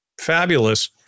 Fabulous